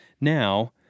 Now